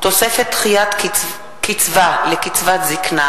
איסור פרסום כפוי במענה הטלפוני),